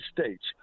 States